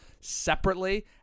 Separately